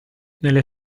nelle